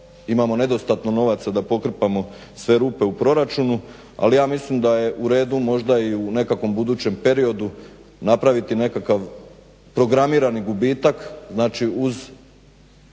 imamo nedostatno novaca da pokrpamo sve rupe u proračunu, ali ja mislim da je u redu možda i u nekakvom budućem periodu napraviti nekakav programirani gubitak, znači uz